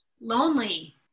Lonely